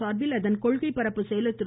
சார்பில் அதன் கொள்கைபரப்பு செயலர் திரு